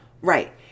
Right